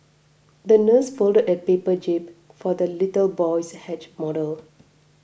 the nurse folded a paper jib for the little boy's model